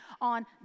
on